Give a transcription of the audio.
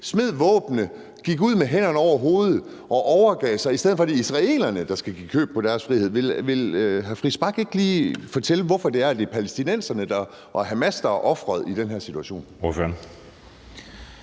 smed våbnene, gik ud med hænderne over hovedet og overgav sig, i stedet for at det er israelerne, der skal give køb på deres frihed. Vil hr. Christian Friis Bach ikke lige fortælle, hvorfor det er palæstinenserne og Hamas, der er offeret i den her situation?